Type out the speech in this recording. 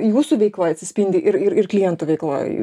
jūsų veikloj atsispindi ir ir ir klientų veikloj